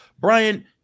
Brian